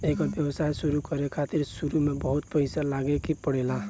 एकर व्यवसाय शुरु करे खातिर शुरू में बहुत पईसा लगावे के पड़ेला